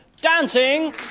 dancing